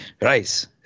Rice